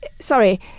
sorry